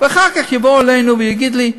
ואחר כך יבוא אלינו ויגיד לי: